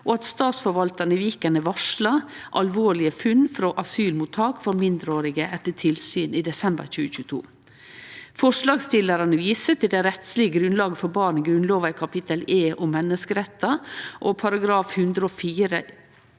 og at Statsforvaltaren i Viken har varsla alvorlege funn frå asylmottak for mindreårige etter tilsyn i desember 2022. Forslagsstillarane viser til det rettslege grunnlaget for barn i Grunnlova, i kapittel E om menneskerettar.